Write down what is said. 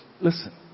Listen